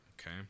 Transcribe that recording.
okay